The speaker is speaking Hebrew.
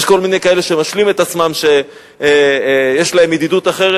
יש כל מיני כאלה שמשלים את עצמם שיש להם ידידות אחרת.